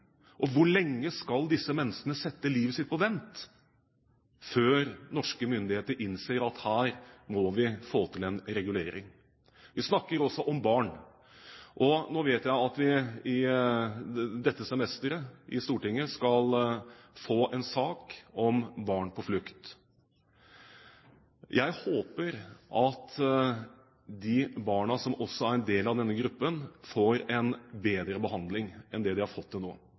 bli. Hvor lenge skal disse menneskene sette livet sitt på vent før norske myndigheter innser at her må vi få til en regulering? Vi snakker også om barn. Nå vet jeg at vi i dette semesteret i Stortinget skal få en sak om barn på flukt. Jeg håper at de barna som også er en del av denne gruppen, får en bedre behandling enn det de har fått til nå.